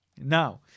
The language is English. Now